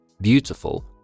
beautiful